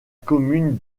commune